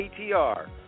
ATR